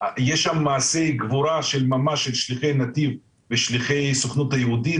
יש שם מעשי גבורה של ממש של שליחי נתיב ושליחי הסוכנות היהודית,